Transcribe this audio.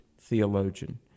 theologian